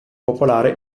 popolare